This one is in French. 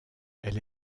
elle